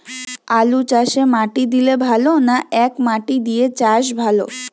আলুচাষে মাটি দিলে ভালো না একমাটি দিয়ে চাষ ভালো?